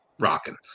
Rocking